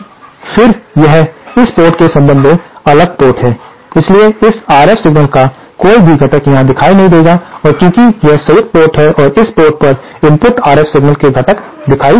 लेकिन फिर यह इस पोर्ट के संबंध में अलग थलग पोर्ट है इसलिए इस RF सिग्नल का कोई भी घटक यहां दिखाई नहीं देगा और चूंकि यह संयुक्त पोर्ट है और इस पोर्ट पर इनपुट RF सिग्नल के घटक दिखाई देंगे